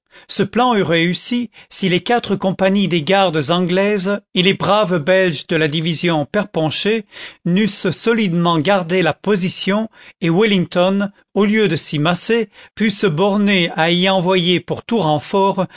ce plan eût réussi si les quatre compagnies des gardes anglaises et les braves belges de la division perponcher n'eussent solidement gardé la position et wellington au lieu de s'y masser put se borner à y envoyer pour tout renfort